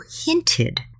hinted